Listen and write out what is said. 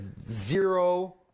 zero